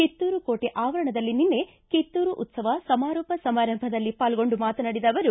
ಕಿತ್ತೂರು ಕೋಟೆ ಆವರಣದಲ್ಲಿ ನಿನ್ನೆ ಕಿತ್ತೂರು ಉತ್ಸವ ಸಮಾರೋಪ ಸಮಾರಂಭದಲ್ಲಿ ಪಾಲ್ಗೊಂಡು ಮಾತನಾಡಿದ ಅವರು